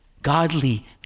Godly